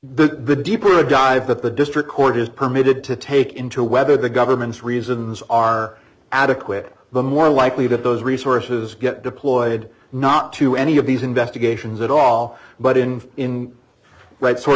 the deeper dive that the district court is permitted to take into whether the government's reasons are adequate the more likely that those resources get deployed not to any of these investigations at all but in in right sort